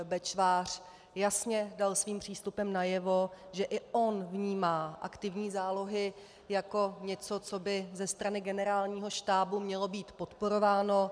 Bečvář jasně dal svým přístupem najevo, že i on vnímá aktivní zálohy jako něco, co by ze strany Generálního štábu mělo být podporováno.